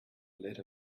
lit